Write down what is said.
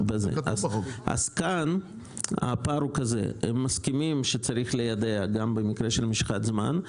אז כאן הפער הוא כזה: הם מסכימים שצריך ליידע גם במקרה של משיכת זמן,